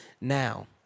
now